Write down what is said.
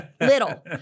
little